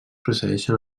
precedeixen